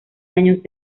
años